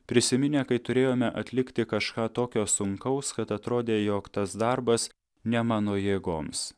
prisiminę kai turėjome atlikti kažką tokio sunkaus kad atrodė jog tas darbas ne mano jėgoms